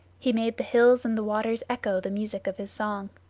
he made the hills and the waters echo the music of his song.